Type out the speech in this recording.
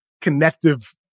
connective